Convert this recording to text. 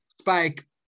Spike